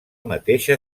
mateixa